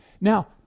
Now